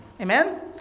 Amen